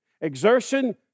Exertion